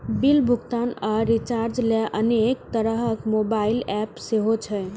bill भुगतान आ recharge लेल अनेक तरहक मोबाइल एप सेहो छै